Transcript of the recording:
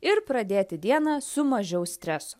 ir pradėti dieną su mažiau streso